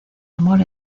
amor